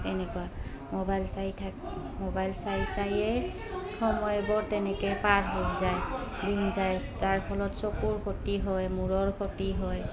এনেকুৱা মোবাইল চাই থাক মোবাইল চাই চায়েই সময়বোৰ তেনেকৈ পাৰ হৈ যায় দিন যায় যাৰ ফলত চকুৰ ক্ষতি হয় মূৰৰ ক্ষতি হয়